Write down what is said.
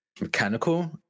mechanical